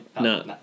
No